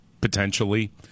potentially